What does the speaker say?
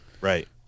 Right